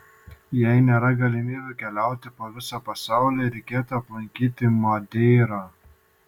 jei nėra galimybių keliauti po visą pasaulį reikėtų aplankyti madeirą